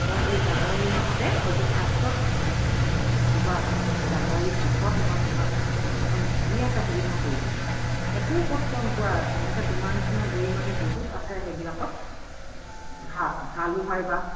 মই এই জানুৱাৰী মাহতে হয়তো ফাৰ্ষ্টত নতুবা জানুৱাৰী শেষত মই তোমাক একদম ধুনীয়াকে সুবিধা কৰি দিম একো কষ্ট নোপোৱা তেনেকে তোমাৰ নিচিনা বুঢ়ী মানুহ বহুত আছে সেইবিলাকত ভালো পাবা